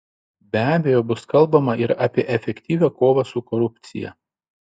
be abejo bus kalbama ir apie efektyvią kovą su korupcija